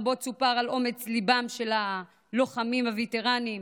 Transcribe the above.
רבות סופר על אומץ ליבם של הלוחמים, הווטרנים,